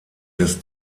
des